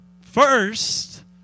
first